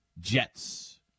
Jets